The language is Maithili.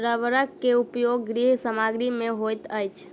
रबड़ के उपयोग गृह सामग्री में होइत अछि